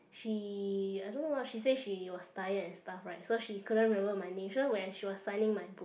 she I don't know ah she say she was tired and stuff right so she couldn't remember my name so when she was signing my book